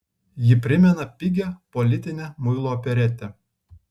ji primena pigią politinę muilo operetę